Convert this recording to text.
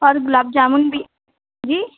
اور گلاب جامن بھی جی